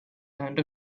land